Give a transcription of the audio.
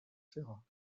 ferrat